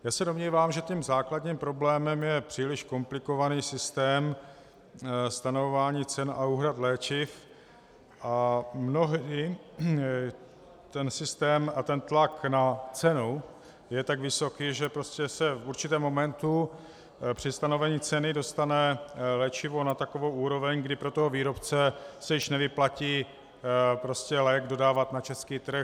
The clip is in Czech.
Já se domnívám, že základním problémem je příliš komplikovaný systém stanovování cen a úhrad léčiv a mnohdy ten systém a ten tlak na cenu je tak vysoký, že se v určitém momentu při stanovení ceny dostane léčivo na takovou úroveň, kdy pro toho výrobce se již nevyplatí lék dodávat na český trh.